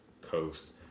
coast